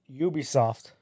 Ubisoft